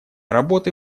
работы